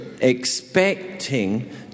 expecting